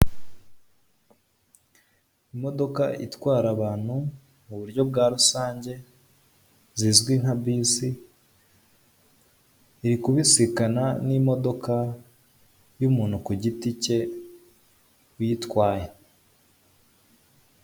imodoka itwara abantu mu buryo bwa rusange zizwi nka bisi iri kubisikana n'imodoka yumuntu kugiti cye uyitwaye.